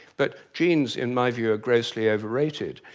but genes in my view are grossly overrated.